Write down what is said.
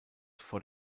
vor